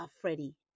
Freddie